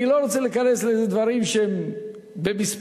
אני לא רוצה להיכנס לדברים שהם במספרים,